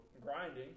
grinding